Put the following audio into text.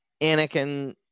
Anakin